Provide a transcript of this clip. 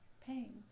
pain